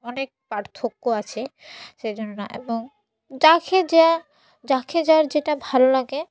অনেক পার্থক্য আছে সেই জন্য না এবং যাকে যা যাকে যার যেটা ভালো লাগে